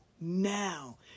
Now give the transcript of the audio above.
now